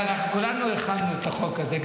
כולנו הכנו את החוק הזה,